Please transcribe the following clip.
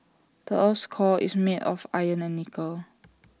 the Earth's core is made of iron and nickel